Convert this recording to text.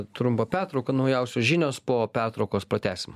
trumpą pertrauką naujausios žinios po pertraukos pratęsim